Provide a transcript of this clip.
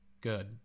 good